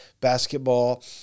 basketball